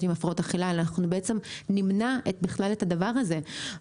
עם הפרעות אכילה אלא בעצם נמנע בכלל את הדבר הזה.